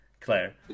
Claire